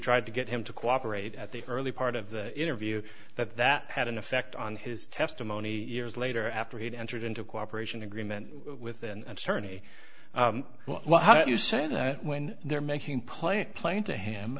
tried to get him to cooperate at the early part of the interview that that had an effect on his testimony years later after he'd entered into cooperation agreement with and cerny well how do you say that when they're making plain plain to him